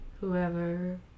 Whoever